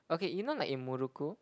okay you know like in muruku